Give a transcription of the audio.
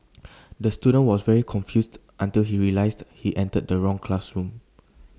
the student was very confused until he realised he entered the wrong classroom